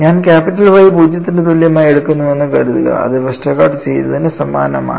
ഞാൻ capital Y പൂജ്യത്തിന് തുല്യമായി എടുക്കുന്നുവെന്ന് കരുതുക അത് വെസ്റ്റർഗാർഡ് ചെയ്തതിന് സമാനമാണ്